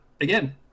again